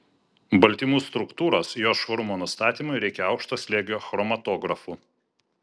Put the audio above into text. baltymų struktūros jos švarumo nustatymui reikia aukšto slėgio chromatografų